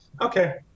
okay